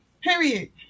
Period